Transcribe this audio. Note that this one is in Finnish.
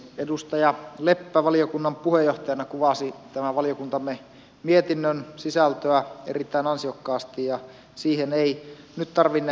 edustaja leppä valiokunnan puheenjohtajana kuvasi tämän valiokuntamme mietinnön sisältöä erittäin ansiokkaasti ja siihen ei nyt tarvinne palata